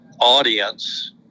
audience